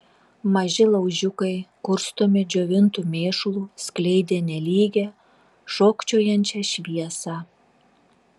maži laužiukai kurstomi džiovintu mėšlu skleidė nelygią šokčiojančią šviesą